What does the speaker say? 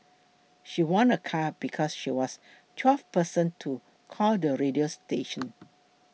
she won a car because she was twelfth person to call the radio station